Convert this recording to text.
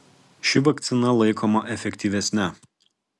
ši vakcina laikoma efektyvesne